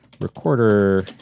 Recorder